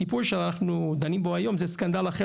הסיפור שאנחנו דנים בו היום זה סקנדל אחר